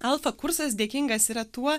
alfa kursas dėkingas yra tuo